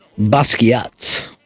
Basquiat